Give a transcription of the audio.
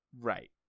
Right